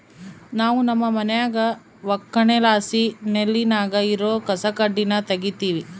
ನಾವು ನಮ್ಮ ಮನ್ಯಾಗ ಒಕ್ಕಣೆಲಾಸಿ ನೆಲ್ಲಿನಾಗ ಇರೋ ಕಸಕಡ್ಡಿನ ತಗೀತಿವಿ